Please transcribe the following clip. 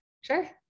sure